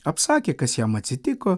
apsakė kas jam atsitiko